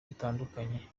butandukanye